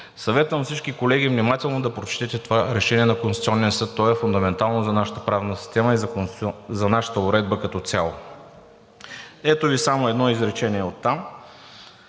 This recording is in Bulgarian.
Съветвам всички колеги внимателно да прочетете това решение на Конституционния съд. То е фундаментално за нашата правна система и за нашата уредба като цяло. Ето Ви само едно изречение оттам: